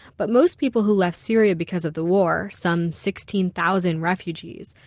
but most people who left syria because of the war, some sixteen thousand refugees,